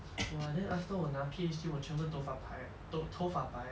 !wah! then after 我拿 P_H_D 我全部头发白头发白了